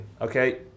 okay